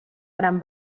gran